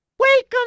Welcome